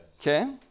Okay